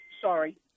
Sorry